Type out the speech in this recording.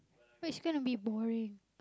but it's gonna be boring